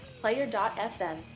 Player.fm